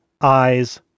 eyes